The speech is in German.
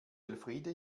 elfriede